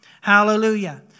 Hallelujah